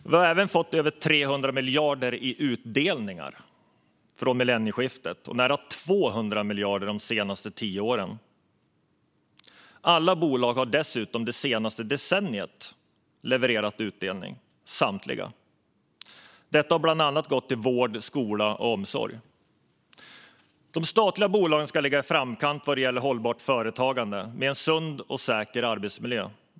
Vi har även fått över 300 miljarder i utdelningar sedan millennieskiftet och nära 200 miljarder bara de senaste tio åren. Samtliga bolag har det senaste decenniet levererat utdelning. Den har bland annat gått till vård, skola och omsorg. De statliga bolagen ska ligga i framkant när det gäller hållbart företagande med en sund och säker arbetsmiljö.